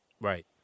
Right